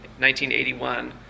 1981